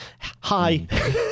Hi